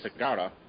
Sagara